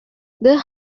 the